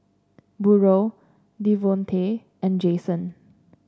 Burrel Devontae and Jason